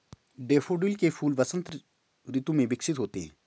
daffodil के फूल वसंत ऋतु में विकसित होते हैं